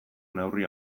neurri